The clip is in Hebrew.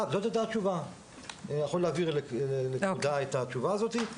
אני יכול להעביר לכבודה את התשובה הזו.